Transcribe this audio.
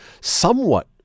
somewhat